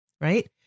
Right